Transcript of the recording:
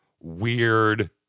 weird